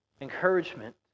Encouragement